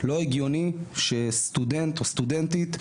לא הגיוני שסטודנט או סטודנטית,